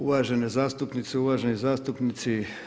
Uvažene zastupnice, uvaženi zastupnici.